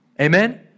Amen